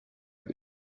air